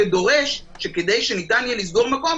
שדורש שכדי שניתן יהיה לסגור מקום,